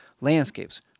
landscapes